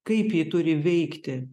kaip ji turi veikti